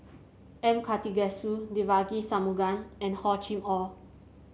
M Karthigesu Devagi Sanmugam and Hor Chim Or